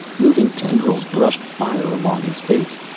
moving tendrils brushed fire along his face,